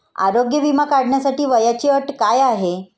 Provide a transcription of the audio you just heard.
आरोग्य विमा काढण्यासाठी वयाची अट काय आहे?